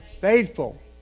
faithful